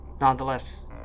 Nonetheless